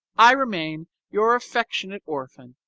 i remain, your affectionate orphan,